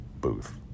booth